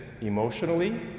emotionally